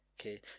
Okay